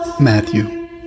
Matthew